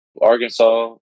Arkansas